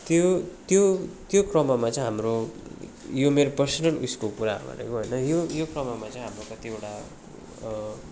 त्यो त्यो त्यो क्रममा चाहिँ हाम्रो यो मेरो पर्सनल उयसको कुरा यो क्रममा चाहिँ हाम्रो त्यो एउटा